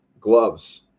gloves